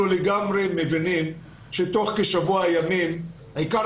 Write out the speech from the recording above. אנחנו לגמרי מבינים שתוך כשבוע ימים עיקר